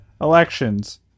elections